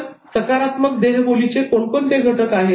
तर सकारात्मक देहबोलीचे कोणकोणते घटक आहेत